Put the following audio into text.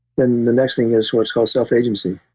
then the next thing is what's called self-agency.